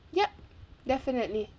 yup definitely